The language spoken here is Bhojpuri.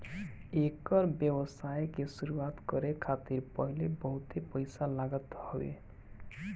एकर व्यवसाय के शुरुआत करे खातिर पहिले बहुते पईसा लागत हवे